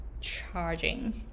charging